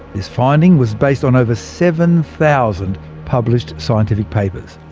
this finding was based on over seven thousand published scientific papers.